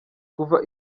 kuva